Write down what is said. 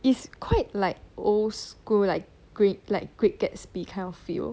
it's quite like old school like great like great gatsby kind of feel